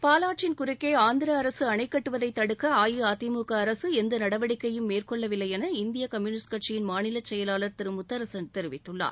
பாவாற்றின் குறுக்கேஆந்திரஅரசுஅணைகட்டுவதைத் தடுக்கஅஇஅதிமுகஅரசுஎந்தநடவடிக்கையும் மேற்கொள்ளவில்லைஎனஇந்தியகம்யூனிஸ்ட் கட்சியின் மாநிலச் செயலாளர் திரு முத்தரசன் தெரிவித்துள்ளார்